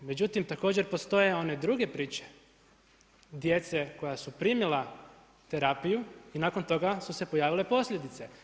Međutim, također postoje one druge priče djece koja su primila terapiju i nakon toga su se pojavile posljedice.